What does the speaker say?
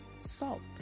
Salt